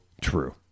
true